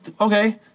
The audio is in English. okay